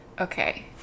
Okay